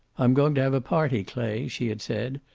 i'm going to have a party, clay, she had said.